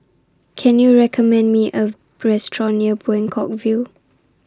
Can YOU recommend Me A Restaurant near Buangkok View